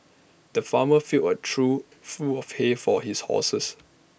the farmer filled A trough full of hay for his horses